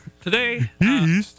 Today